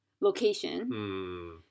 location